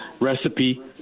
recipe